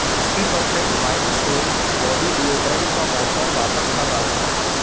sixty percent Wild Stone body deodorant का offer वापस कब आएगा